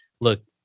look